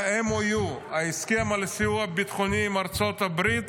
ה-MOU, ההסכם על סיוע ביטחוני עם ארצות הברית,